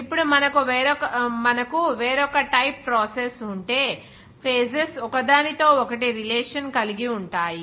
ఇప్పుడు మనకు వేరొక టైప్ ప్రాసెస్ ఉంటే ఫేజెస్ ఒకదానితో ఒకటి రిలేషన్ కలిగి ఉంటాయి